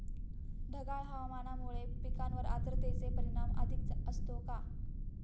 ढगाळ हवामानामुळे पिकांवर आर्द्रतेचे परिणाम अधिक असतो का?